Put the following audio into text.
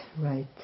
right